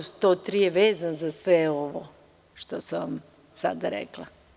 Član 103. je vezan za sve ovo što sam sada rekla.